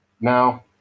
Now